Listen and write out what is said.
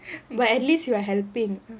but at least you are helping